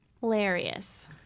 hilarious